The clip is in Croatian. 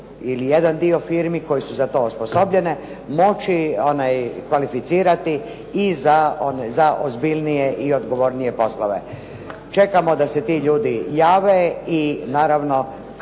ili jedan dio firmi koje su za to osposobljene moći kvalificirati i za ozbiljnije i odgovornije poslove. Čekamo da se ti ljudi jave i naravno